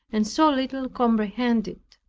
and so little comprehended.